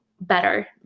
better